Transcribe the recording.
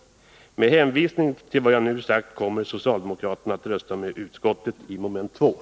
Onsdagen den Med hänvisning till vad jag nu sagt kommer socialdemokraterna att rösta 26 november 1980